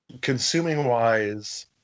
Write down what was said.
Consuming-wise